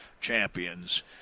champions